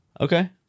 Okay